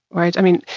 right? i mean,